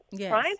right